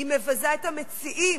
היא מבזה את המציעים,